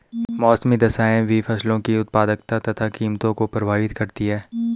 मौसमी दशाएं भी फसलों की उत्पादकता तथा कीमतों को प्रभावित करती है